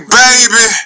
baby